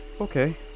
Okay